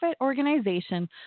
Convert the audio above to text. organization